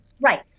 Right